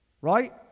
right